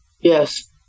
Yes